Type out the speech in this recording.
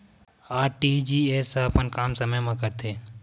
RTGS ह अपन काम समय मा करथे?